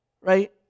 right